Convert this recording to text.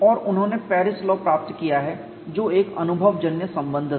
और उन्होंने Paris law प्राप्त किया है जो एक अनुभवजन्य संबंध था